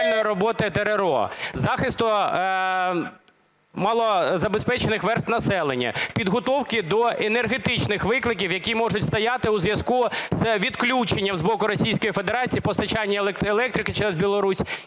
захисту малозабезпечених верств населення, підготовки до енергетичних викликів, які можуть стояти у зв'язку з відключенням з боку Російської Федерації постачання електрики через Білорусь